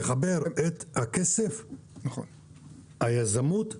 לחבר את הכסף והיזמות לשטח.